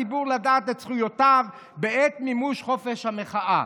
הציבור לדעת את זכויותיו בעת מימוש חופש המחאה.